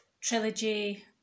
trilogy